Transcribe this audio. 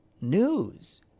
news